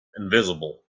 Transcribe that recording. invisible